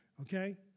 Okay